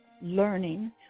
learning